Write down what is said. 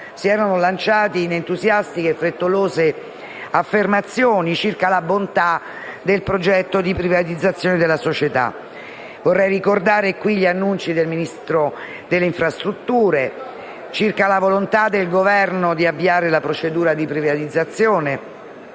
si erano lanciati in entusiastiche e frettolose affermazioni circa la bontà del progetto di privatizzazione della società. Vorrei ricordare in proposito gli annunci del Ministro delle infrastrutture e dei trasporti circa la volontà del Governo di avviare la procedura di privatizzazione